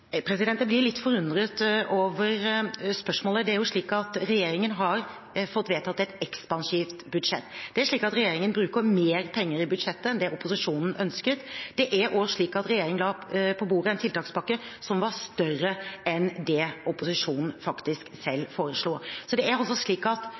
Jeg blir litt forundret over spørsmålet. Det er jo slik at regjeringen har fått vedtatt et ekspansivt budsjett. Det er slik at regjeringen bruker mer penger i budsjettet enn det opposisjonen ønsket. Det er også slik at regjeringen la på bordet en tiltakspakke som var større enn det opposisjonen faktisk selv foreslo. Så det er altså slik at